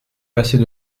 passait